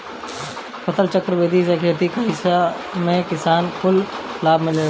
फसलचक्र विधि से खेती कईला में किसान कुल के लाभ मिलेला